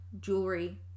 jewelry